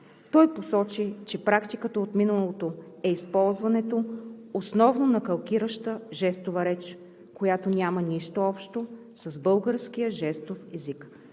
Той посочи, че практиката от миналото е използването основно на калкираща жестова реч, която няма нищо общо с българския жестов език.